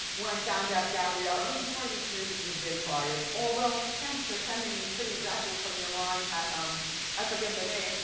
when i found out gabrielle, and i'm sorry to hear that you've been fired, although, thanks for sending me pretty dresses from your line, um i forget the name.